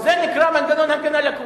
זה נקרא מנגנון הגנה לקוי.